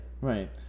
Right